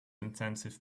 intensive